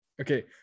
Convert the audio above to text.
Okay